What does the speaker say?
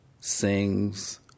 sings